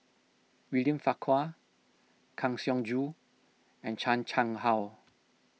William Farquhar Kang Siong Joo and Chan Chang How